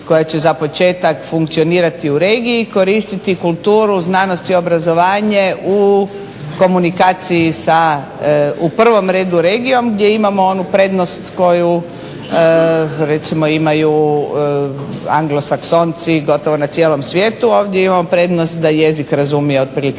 koja će za početak funkcionirati u regiji i koristiti kulturu, znanost i obrazovanje u komunikaciji sa u prvom redu regijom gdje imamo onu prednost koju recimo imaju anglosaksonci gotovo na cijelom svijetu. Ovdje imamo prednost da jezik razumije otprilike